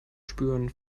spüren